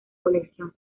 colección